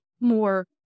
more